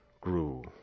grew